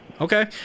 Okay